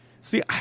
See